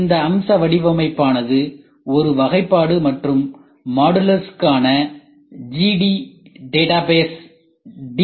இந்த அம்சவடிவமைப்பானது ஒரு வகைப்பாடு மற்றும் மாடுல்ஸ்க்கான ஜிடி டேட்டா பேஸ் டி